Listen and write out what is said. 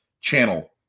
channel